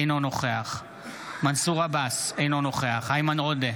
אינו נוכח מנסור עבאס, אינו נוכח איימן עודה,